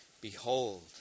behold